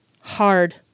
hard